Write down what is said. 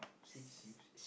six seats